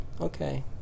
okay